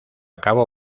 cabo